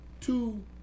two